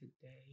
today